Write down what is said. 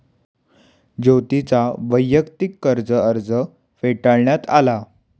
ज्योतीचा वैयक्तिक कर्ज अर्ज फेटाळण्यात आला